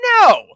no